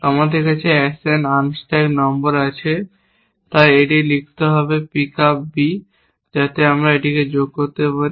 আমাদের কাছে action unstack number আছে তাই এটি এখানে লিখতে হবে পিক আপ বি যাতে আমি এটিতে যোগ করতে পারি